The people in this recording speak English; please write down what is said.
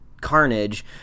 Carnage